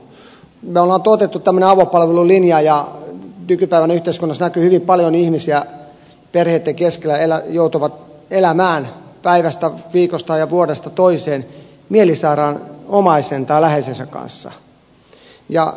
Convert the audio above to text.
me olemme ottaneet tämmöisen avopalvelulinjan ja nykypäivän yhteiskunnassa näkyy hyvin paljon ihmisiä jotka perheitten keskellä joutuvat elämään päivästä viikosta ja vuodesta toiseen mielisairaan omaisen tai läheisen kanssa